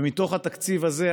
ומתוך התקציב הזה,